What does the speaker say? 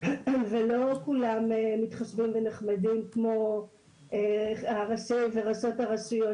ולא כולם נחמדים כמו שהציגו כאן ראש וראשת הרשויות.